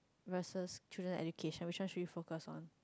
versus children education which one should you focus on